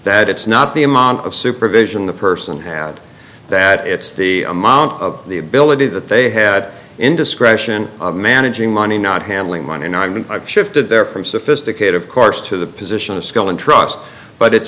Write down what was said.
that it's not the amount of supervision the person had that it's the amount of the ability that they had indiscretion managing money not handling money and i mean i've shifted there from sophisticate of course to the position of skill and trust but it's